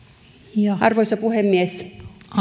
arvoisa puhemies hyvät